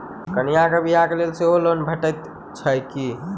कन्याक बियाह लेल सेहो लोन भेटैत छैक की?